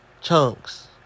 chunks